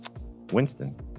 Winston